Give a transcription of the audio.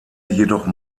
jedoch